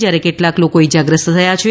જ્યારે કેટલાક લોકો ઇજાગ્રસ્ત થયા છે